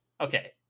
Okay